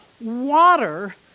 water